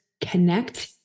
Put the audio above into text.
connect